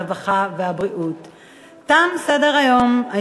הרווחה והבריאות נתקבלה.